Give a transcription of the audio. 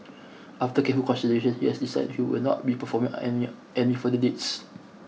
after careful consideration he has decided he will not be performing any any further dates